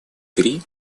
три